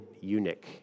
eunuch